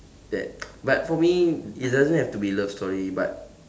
that but for me it doesn't have to be love story but